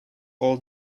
all